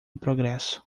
progresso